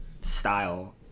style